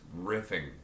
riffing